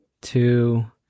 two